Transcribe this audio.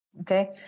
Okay